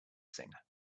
singer